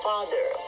Father